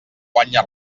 guanya